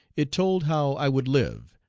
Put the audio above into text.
it told how i would live,